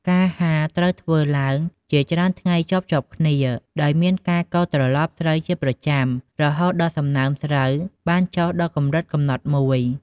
ការហាលត្រូវធ្វើឡើងជាច្រើនថ្ងៃជាប់ៗគ្នា ដោយមានការកូរត្រឡប់ស្រូវជាប្រចាំ រហូតដល់សំណើមស្រូវបានចុះដល់កម្រិតកំណត់មួយ ។